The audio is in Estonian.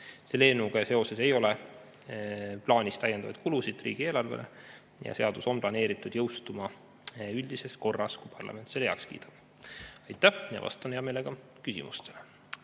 eelnõuga seoses ei ole plaanis täiendavaid kulusid riigieelarvele ja seadus on planeeritud jõustuma üldises korras, kui parlament selle heaks kiidab. Aitäh! Vastan hea meelega küsimustele.